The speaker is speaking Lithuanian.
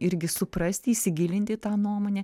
irgi suprasti įsigilint į tą nuomonę